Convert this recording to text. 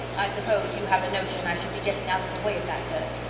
i suppose you have a notion i should be getting out of the way of that dirt,